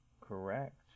correct